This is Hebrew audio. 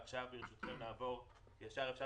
עכשיו, ברשותכם, נעבור לפרויקטים.